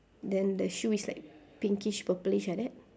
then the shoe is like pinkish purplish like that